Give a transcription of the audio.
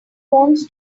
wants